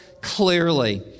clearly